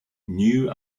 new